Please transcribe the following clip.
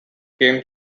came